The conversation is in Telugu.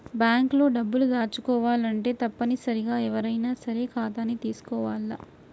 బాంక్ లో డబ్బులు దాచుకోవాలంటే తప్పనిసరిగా ఎవ్వరైనా సరే ఖాతాని తీసుకోవాల్ల